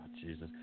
Jesus